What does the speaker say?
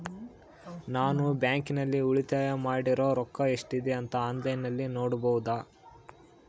ನಾನು ಬ್ಯಾಂಕಿನಲ್ಲಿ ಉಳಿತಾಯ ಮಾಡಿರೋ ರೊಕ್ಕ ಎಷ್ಟಿದೆ ಅಂತಾ ಆನ್ಲೈನಿನಲ್ಲಿ ನೋಡಬಹುದಾ?